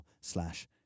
slash